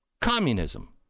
communism